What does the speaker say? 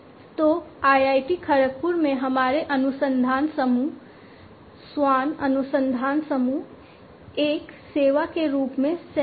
तो IIT खड़गपुर में हमारे अनुसंधान समूह SWAN अनुसंधान समूह एक सेवा के रूप में सेंसर